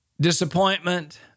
disappointment